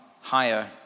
higher